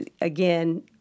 Again